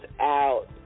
out